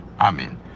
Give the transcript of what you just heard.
Amen